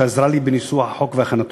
שעזרה לי בניסוח החוק ובהכנתו,